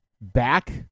back